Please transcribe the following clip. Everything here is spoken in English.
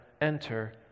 enter